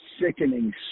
sickening